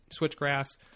switchgrass